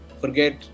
forget